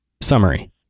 Summary